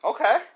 Okay